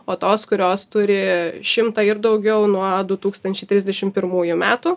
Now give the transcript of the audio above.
o tos kurios turi šimtą ir daugiau nuo du tūkstančiai trisdešim pirmųjų metų